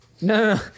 no